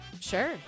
Sure